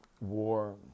war